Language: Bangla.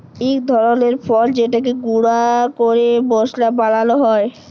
ইক ধরলের ফল যেটকে গুঁড়া ক্যরে মশলা বালাল হ্যয়